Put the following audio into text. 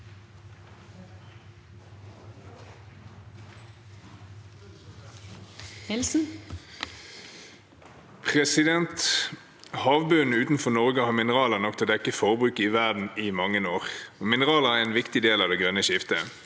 «Havbunnen utenfor Norge har mineraler nok til å dekke forbruket i verden i mange år. Mineraler er viktig i det grønne skiftet.